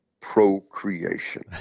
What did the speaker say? Procreation